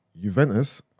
Juventus